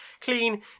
clean